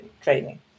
training